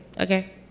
Okay